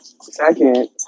second